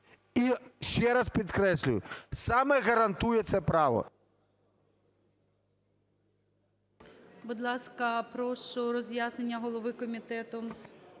і, ще раз підкреслюю, саме гарантується право.